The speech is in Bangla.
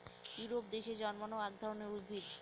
ইউরোপ দেশে জন্মানো এক রকমের উদ্ভিদ